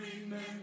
remember